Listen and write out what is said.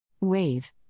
Wave